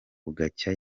bugacya